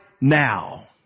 now